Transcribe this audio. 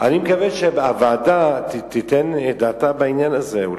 אני מקווה שהוועדה תיתן את דעתה בעניין הזה.